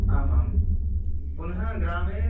आम् आं पुनः ग्रामे